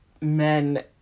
men